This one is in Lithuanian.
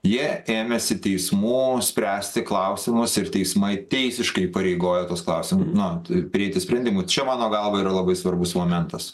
jie ėmėsi teismų spręsti klausimus ir teismai teisiškai įpareigoja tuos klausim na prieiti sprendimų čia mano galva yra labai svarbus momentas